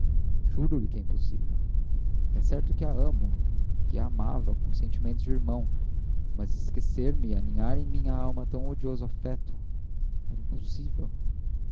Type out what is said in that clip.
impossível juro-lhe que é impossível é certo que a amo que a amava com sentimentos de irmão mas esquecer-me aninhar em minha alma tão odioso afeto oh era impossível